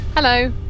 Hello